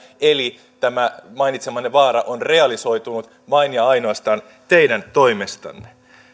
eli tämä mainitsemanne vaara on realisoitunut vain ja ainoastaan teidän toimestanne